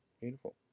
Beautiful